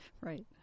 Right